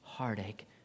Heartache